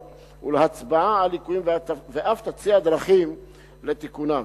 ולהצבעה על ליקויים ואף תציע דרכים לתיקונם.